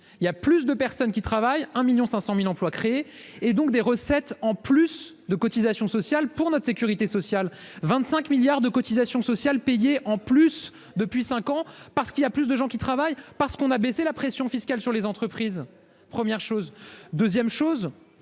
il y a plus de personnes qui travaillent, 1.500.000 emplois créés. Et donc des recettes en plus de cotisations sociales pour notre sécurité sociale, 25 milliards de cotisations sociales payées en plus depuis 5 ans parce qu'il y a plus de gens qui travaillent, parce qu'on a baissé la pression fiscale sur les entreprises. Première chose 2ème chose